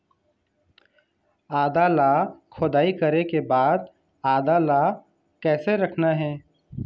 आदा ला खोदाई करे के बाद आदा ला कैसे रखना हे?